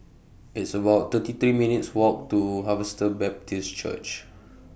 It's about thirty three minutes' Walk to Harvester Baptist Church